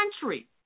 country